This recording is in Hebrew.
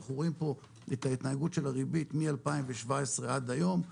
רואים פה את ההתנהגות של הריבית מ-2017 עד היום,